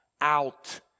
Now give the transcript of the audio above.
out